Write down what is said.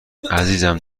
عزیزم